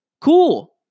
Cool